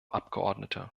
abgeordnete